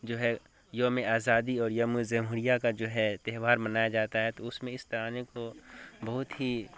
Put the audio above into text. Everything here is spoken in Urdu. جو ہے یوم آزادی اور یوم زمہوریہ کا جو ہے تہوار منایا جاتا ہے تو اس میں اس ترانے کو بہت ہی